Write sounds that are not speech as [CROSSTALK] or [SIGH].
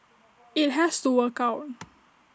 IT has to work out [NOISE]